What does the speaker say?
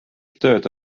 tööd